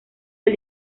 del